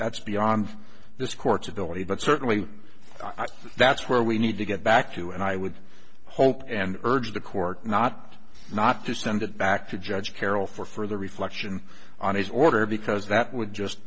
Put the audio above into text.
that's beyond this court's ability but certainly i think that's where we need to get back to and i would hope and urge the court not not to send it back to judge carroll for further reflection on his order because that would just